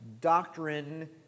doctrine